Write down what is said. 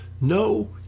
no